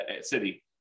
city